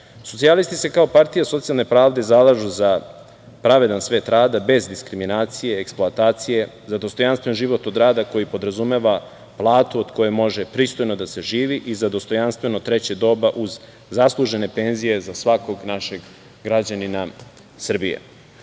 rada. Socijalisti se kao partija socijalne pravde zalažu za pravedni svet rada, bez diskriminacije, eksploatacije, za dostojanstven život od rada koji podrazumeva platu od koje može pristojno da se živi i za dostojanstveno treće doba uz zaslužene penzije za svakog našeg građanina Srbije. Penzije